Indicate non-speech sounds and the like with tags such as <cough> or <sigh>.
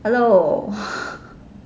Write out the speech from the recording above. hello <breath>